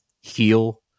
heal